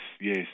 Yes